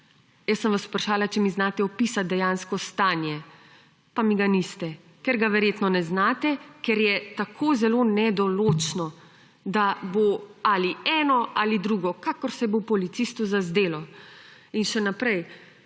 Jaz sem vas vprašala, če mi znate opisati dejansko stanje, pa mi ga niste, ker ga verjetno ne znate, ker je tako zelo nedoločno, da bo ali eno ali drugo, kakor se bo policistu zazdelo. Še naprej